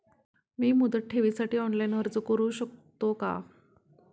मी मुदत ठेवीसाठी ऑनलाइन अर्ज करू शकतो का?